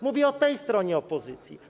Mówię o tej stronie opozycji.